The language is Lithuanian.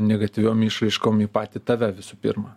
negatyviom išraiškom į patį tave visų pirma